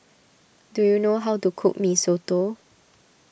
do you know how to cook Mee Soto